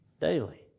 Daily